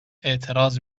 اعتراض